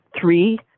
three